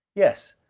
yes.